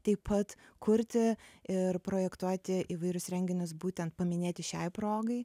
taip pat kurti ir projektuoti įvairius renginius būtent paminėti šiai progai